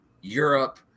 Europe